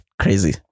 Crazy